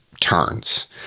turns